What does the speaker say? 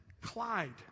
clyde